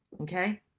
okay